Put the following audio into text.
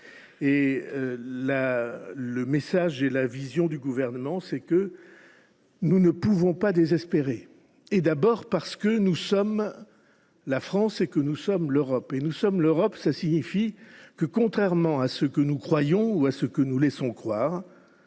le message et la vision du Gouvernement, c’est que nous ne pouvons pas désespérer ! D’abord parce que nous sommes la France et que nous sommes l’Europe. Nous sommes l’Europe : cela signifie que, contrairement à ce que nous croyons ou à ce que nous laissons croire,